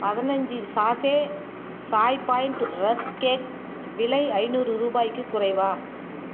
பதினச்சு sachet Chai Point rusk cake விலை ஐநூறு ரூபாய்க்குக் குறைவா